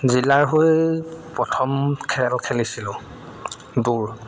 জিলাৰ হৈ প্ৰথম খেল খেলিছিলোঁ দৌৰ